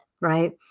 right